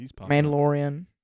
Mandalorian